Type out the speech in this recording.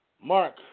Mark